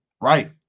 right